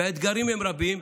האתגרים רבים,